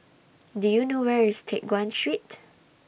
Do YOU know Where IS Teck Guan Street